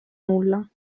nulla